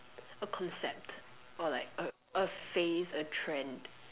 a concept or like a a phase a trend